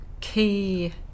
key